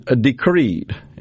decreed